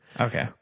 Okay